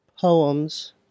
poems